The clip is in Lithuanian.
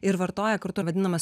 ir vartoja kartu ir vadinamas